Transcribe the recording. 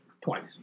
Twice